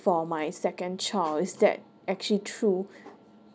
for my second child is that actually true